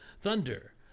thunder